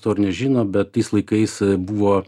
to ir nežino bet tais laikais buvo